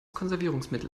konservierungsmittel